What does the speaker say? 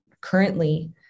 currently